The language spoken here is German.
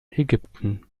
ägypten